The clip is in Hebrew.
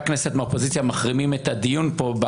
הכנסת מהאופוזיציה מחרימים את הדיון פה.